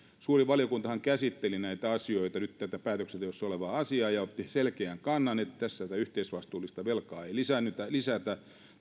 suuri valiokuntahan käsitteli näitä asioita nyt tätä päätöksenteossa olevaa asiaa ja otti selkeän kannan että tässä tätä yhteisvastuullista velkaa ei lisätä